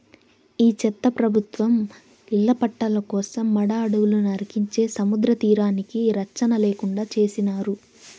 ఈ చెత్త ప్రభుత్వం ఇళ్ల పట్టాల కోసం మడ అడవులు నరికించే సముద్రతీరానికి రచ్చన లేకుండా చేసినారు